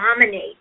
dominate